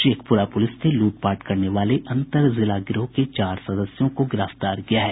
Sheikhpura police ने लूटपाट करने वाले अंतर जिला गिरोह के चार सदस्यों को गिरफ्तार किया है